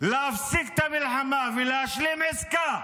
להפסיק את המלחמה ולהשלים עסקה